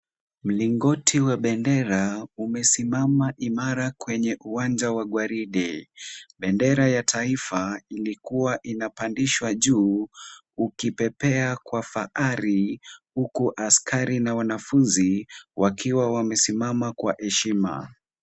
Mlingoti wa bendera umesimama imara kwenye uwanja wa gwaride. Bendera ya taifa ilikuwa inapandishwa juu ukipepea kwa fahari huku askari na wanafunzi wakiwa wamesimama kwa heshima.